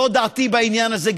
זו דעתי בעניין הזה,